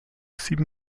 sieben